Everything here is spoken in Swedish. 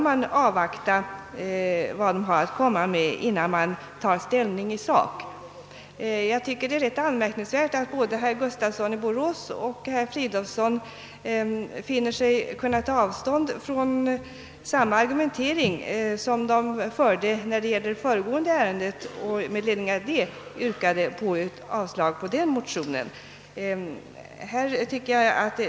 Jag tycker att det är rätt anmärkningsvärt att både herr Gustafsson i Borås och herr Fridolfsson i Stockholm nu tar avstånd från den argumentering som de förde i föregående ärende, där de yrkade avslag på motionen.